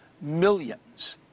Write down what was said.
millions